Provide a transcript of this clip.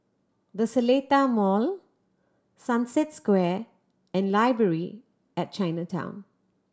The Seletar Mall Sunset Square and Library at Chinatown